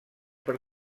per